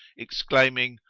exclaiming,